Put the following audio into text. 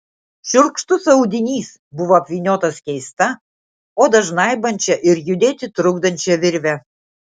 šiurkštus audinys buvo apvyniotas keista odą žnaibančia ir judėti trukdančia virve